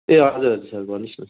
ए हजुर सर भन्नुहोस् न